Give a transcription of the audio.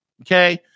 okay